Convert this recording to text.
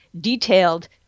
detailed